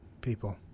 people